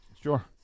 Sure